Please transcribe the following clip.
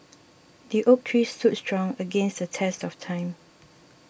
the oak tree stood strong against the test of time